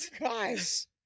Guys